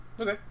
okay